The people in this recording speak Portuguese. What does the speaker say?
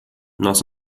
nós